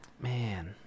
Man